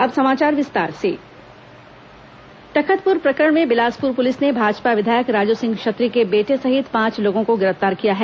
तखतपुर मामला गिरफ्तार तखतपुर प्रकरण में बिलासपुर पुलिस ने भाजपा विधायक राजू सिंह क्षत्री के बेटे सहित पांच लोगों को गिरफ्तार किया है